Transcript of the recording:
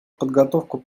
подготовку